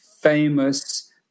famous